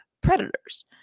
predators